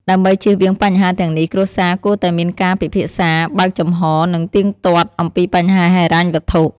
ដើម្បីជៀសវាងបញ្ហាទាំងនេះ គ្រួសារគួរតែមានការពិភាក្សា បើកចំហរ និងទៀងទាត់ អំពីបញ្ហាហិរញ្ញវត្ថុ។